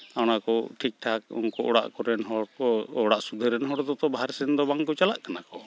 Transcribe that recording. ᱚᱱᱟᱠᱚ ᱴᱷᱤᱠ ᱴᱷᱟᱠ ᱩᱱᱠᱩ ᱚᱲᱟᱜ ᱠᱚᱨᱮᱱ ᱦᱚᱲ ᱠᱚ ᱚᱲᱟᱜ ᱥᱩᱫᱷᱟᱹᱨ ᱨᱮᱱ ᱦᱚᱲ ᱫᱚ ᱛᱚ ᱵᱟᱦᱨᱮ ᱥᱮᱱ ᱫᱚ ᱵᱟᱝᱠᱚ ᱪᱟᱞᱟᱜ ᱠᱟᱱᱟ ᱠᱚ